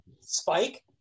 spike